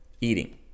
eating